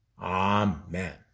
Amen